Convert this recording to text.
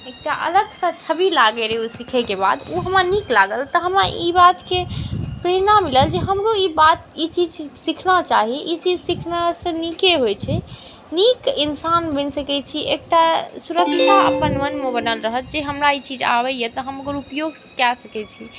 एकटा अलगसँ छवि लागै रहै ओहि सिखैके बाद ओ हमरा नीक लागल तऽ हमरा ई बातके प्रेरणा मिलल जे हमरो ई बात ई चीज सिखना चाही ई चीज सिखनेसँ नीके होइ छै नीक इन्सान बनि सकै छी एकटा सुरक्षा अपन मनमे बनल रहत जे हमरा ई चीज आबैए तऽ हम एकर उपयोग कऽ सकै छी